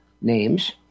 names